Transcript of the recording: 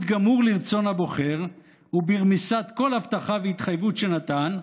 גמור לרצון הבוחר וברמיסת כל הבטחה והתחייבות שנתן,